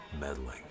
meddling